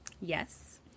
Yes